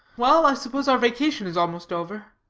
well, i suppose our vacation is almost over.